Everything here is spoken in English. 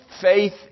faith